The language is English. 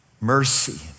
Mercy